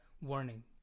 warning